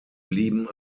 blieben